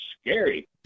scary